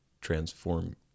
transform